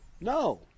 No